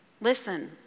Listen